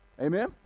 amen